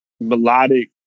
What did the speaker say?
melodic